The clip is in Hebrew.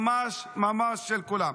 ממש של כולם.